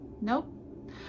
nope